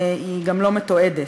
היא גם לא מתועדת.